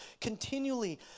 continually